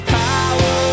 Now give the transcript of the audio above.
power